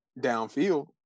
downfield